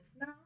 No